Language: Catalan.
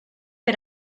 per